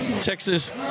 Texas